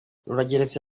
rurageretse